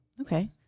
Okay